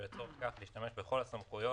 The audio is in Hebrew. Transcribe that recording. ולצורך כך להשתמש בכל הסמכויות,